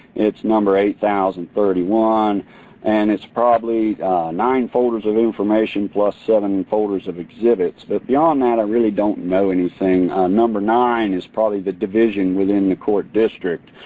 it's number eight thousand and thirty one and it's probably nine folders of information plus seven folders of exhibits but beyond that i really don't know anything. number nine is probably the division within the court district